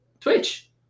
Twitch